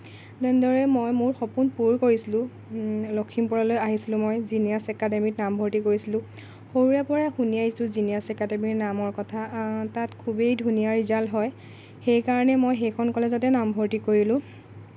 তেনেদৰে মই মোৰ সপোন পূৰ কৰিছিলোঁ লখিমপুৰলৈ আহিছিলোঁ মই জিনিয়াছ একাডেমীত নামভৰ্তি কৰিছিলোঁ সৰুৰে পৰা শুনি আহিছোঁ জিনিয়াছ একাডেমীৰ নামৰ কথা তাত খুবেই ধুনীয়া ৰিজাল্ট হয় সেইকাৰণে মই সেইখন কলেজতে নামভৰ্তি কৰিলোঁ